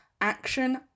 action